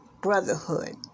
brotherhood